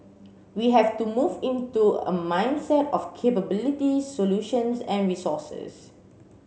we have to move into a mindset of capabilities solutions and resources